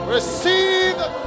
Receive